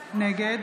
נגד